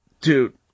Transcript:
Dude